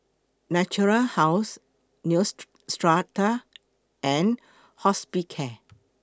Natura House Neostrata and Hospicare